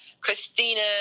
Christina